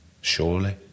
surely